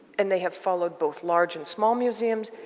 and they have followed both large and small museums,